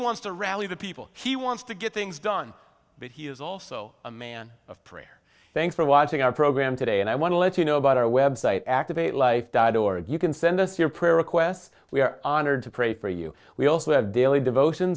wants to rally the people he wants to get things done but he is also a man of prayer thanks for watching our program today and i want to let you know about our web site activate life died or you can send us your prayer requests we are honored to pray for you we also have daily devotion